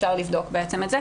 אפשר לבדוק את זה.